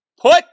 Put